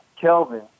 Kelvin –